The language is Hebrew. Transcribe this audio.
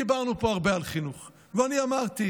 דיברנו פה הרבה על חינוך, ואני אמרתי: